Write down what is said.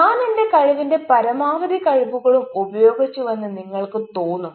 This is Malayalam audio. ഞാൻ എന്റെ കഴിവിന്റെ പരമാവധി കഴിവുകളും ഉപയോഗിച്ചുവെന്ന് നിങ്ങൾക്ക് തോന്നും